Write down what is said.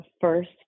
first